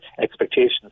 expectations